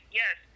yes